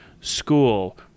school